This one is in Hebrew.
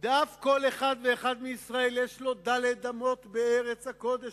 "דכל אחד ואחד מישראל יש לו ד' אמות בארץ הקודש,